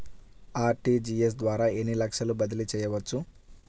RTGS ద్వారా ఎన్ని లక్షలు బదిలీ చేయవచ్చు?